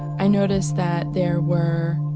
i noticed that there were